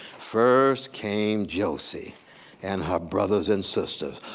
first came josie and her brothers and sisters.